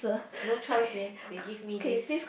no choice leh they give me this